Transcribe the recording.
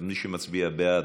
אז מי שמצביע בעד,